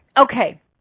Okay